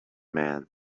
man